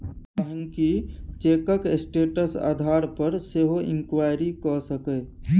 गांहिकी चैकक स्टेटस आधार पर सेहो इंक्वायरी कए सकैए